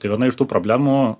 tai viena iš tų problemų